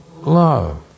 Love